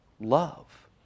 love